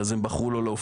אז הם בחרו לא להופיע.